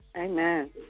Amen